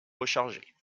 recharger